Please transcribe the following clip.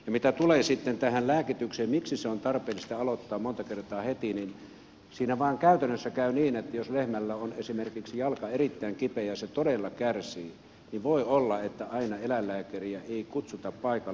mitä tulee sitten tähän lääkitykseen miksi se on tarpeellista aloittaa monta kertaa heti niin siinä vain käytännössä käy niin että jos lehmällä on esimerkiksi jalka erittäin kipeä ja se todella kärsii niin voi olla että aina eläinlääkäriä ei kutsuta paikalle